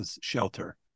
shelter